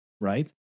right